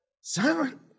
Simon